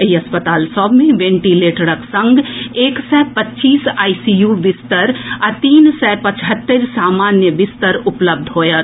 एहि अस्पताल सभ मे वेंटीलेटरक संग एक सय पच्चीस आईसीयू बिस्तर आ तीन सय पचहत्तरि सामान्य बिस्तर उपलब्ध होयत